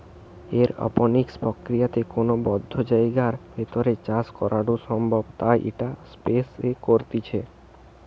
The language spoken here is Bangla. এরওপনিক্স প্রক্রিয়াতে কোনো বদ্ধ জায়গার ভেতর চাষ করাঢু সম্ভব তাই ইটা স্পেস এ করতিছে